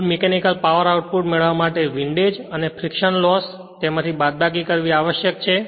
કુલ mechanical power output મેળવવા માટે windage અને ફ્રીક્ષન લોસ તેમાંથી બાદબાકી કરવી આવશ્યક છે